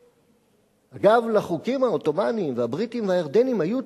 אגב, לחוקים העות'מאניים, הבריטיים והירדניים היו